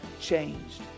changed